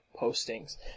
postings